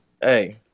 hey